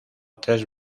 tres